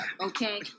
okay